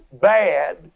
bad